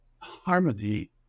harmony